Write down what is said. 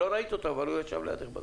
אולי לא ראית אותו, אבל הוא ישב לידך בזום.